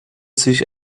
sich